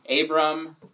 Abram